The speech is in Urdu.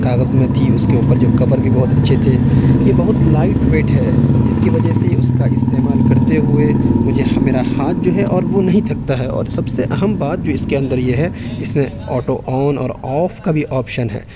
کاغذ میں تھی اس کے اوپر جو کور بھی بہت اچھے تھے یہ بہت لائٹ ویٹ ہے جس کی وجہ سے اس کا استعمال کرتے ہوئے مجھے میرا ہاتھ جو ہے اور وہ نہیں تھکتا ہے اور سب سے اہم بات جو اس کے اندر یہ ہے اس میں آٹو آن اور آف کا بھی آپشن ہے